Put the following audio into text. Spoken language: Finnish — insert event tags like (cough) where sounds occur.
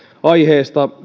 aiheesta (unintelligible)